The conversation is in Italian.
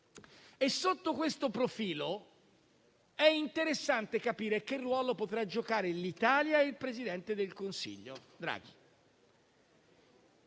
sotto questo profilo, è interessante capire quale ruolo potranno giocare l'Italia e il presidente del Consiglio